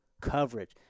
coverage